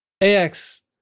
AX